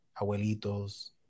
abuelitos